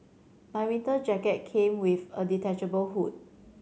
my winter jacket came with a detachable hood